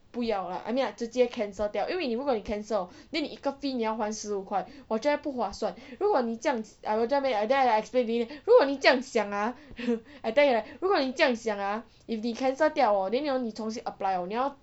不要 lah I mean like 直接 cancel 掉因为你如果你 cancel hor 另一个 fee 你要还是十五块我觉得不划算如果你这样 then I explain to him 如果你这样想 ah I tell him like that 如果你这样想 ah if 你 cancel 掉 hor then hor 你重新 apply hor 你要